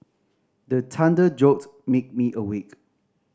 the thunder jolt make me awake